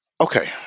Okay